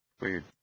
Weird